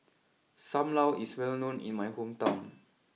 Sam Lau is well known in my hometown